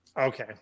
Okay